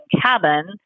cabin